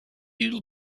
you